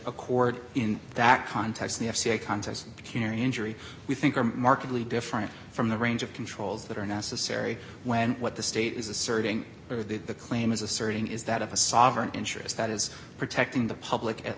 accord in that context the f c a context carry injury we think are markedly different from the range of controls that are necessary when what the state is asserting or that the claim is asserting is that of a sovereign interest that is protecting the public at